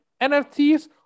NFTs